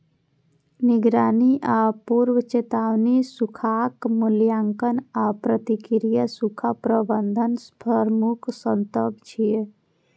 निगरानी आ पूर्व चेतावनी, सूखाक मूल्यांकन आ प्रतिक्रिया सूखा प्रबंधनक प्रमुख स्तंभ छियै